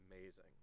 amazing